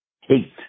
hate